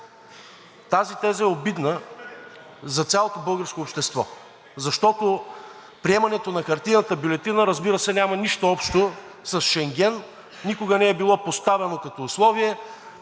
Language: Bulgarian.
Тази теза е обидна за цялото българско общество, защото приемането на хартиената бюлетина, разбира се, няма нищо общо с Шенген, никога не е било поставяно като условие